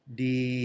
di